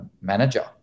manager